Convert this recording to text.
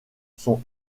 sont